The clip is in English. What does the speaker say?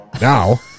Now